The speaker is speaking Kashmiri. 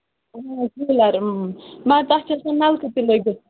اۭں کوٗلر کوٗلَر مگر تَتھ چھِ آسان نَلکہٕ تہِ لٲگِتھ